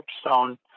Stone